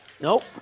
Nope